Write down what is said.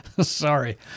Sorry